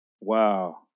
Wow